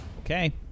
Okay